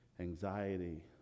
anxiety